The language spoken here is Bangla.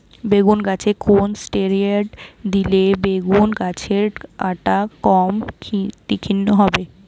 বেগুন গাছে কোন ষ্টেরয়েড দিলে বেগু গাছের কাঁটা কম তীক্ষ্ন হবে?